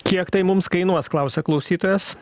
kiek tai mums kainuos klausia klausytojas